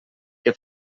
que